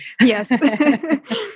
Yes